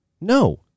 No